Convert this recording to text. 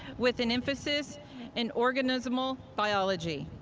with an emphasis in organismal biology.